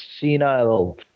senile